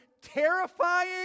terrifying